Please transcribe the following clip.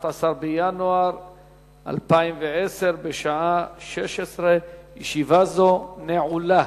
11 בינואר 2010, בשעה 16:00. ישיבה זו נעולה.